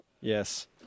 Yes